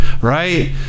right